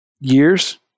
years